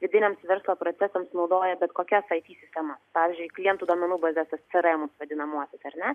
vidiniams verslo procesams naudoja bet kokias it sistemas pavyzdžiui klientų duomenų bazes tuos seremus vadinamuosius ar ne